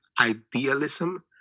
idealism